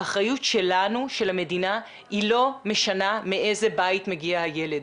האחריות שלנו של המדינה היא לא משנה מאיזה בית מגיע הילד.